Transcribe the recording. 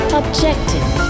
objective